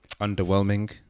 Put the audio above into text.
Underwhelming